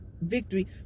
victory